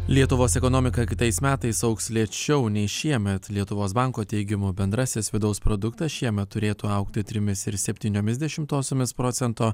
lietuvos ekonomika kitais metais augs lėčiau nei šiemet lietuvos banko teigimu bendrasis vidaus produktas šiemet turėtų augti trimis ir septyniomis dešimtosiomis procento